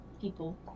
people